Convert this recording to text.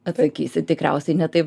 atsakysit tikriausiai ne taip